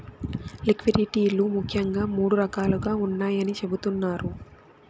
liquidity లు ముఖ్యంగా మూడు రకాలుగా ఉన్నాయని చెబుతున్నారు